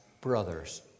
brothers